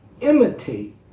imitate